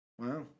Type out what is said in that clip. Wow